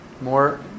more